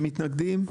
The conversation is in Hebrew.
יש מתנגדים?